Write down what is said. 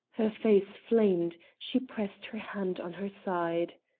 her face flamed, she pressed her hand on her side.